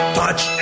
touch